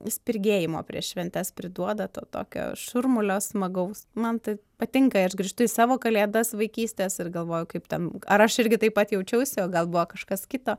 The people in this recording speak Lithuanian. spirgėjimo prieš šventes priduoda to tokio šurmulio smagaus man tai patinka ir aš grįžtu į savo kalėdas vaikystės ir galvoju kaip ten ar aš irgi taip pat jaučiausi o gal buvo kažkas kito